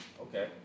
okay